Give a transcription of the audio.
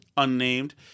unnamed